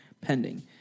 Pending